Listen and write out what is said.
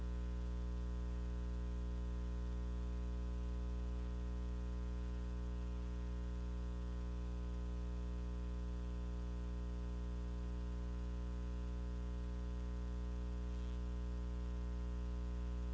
ah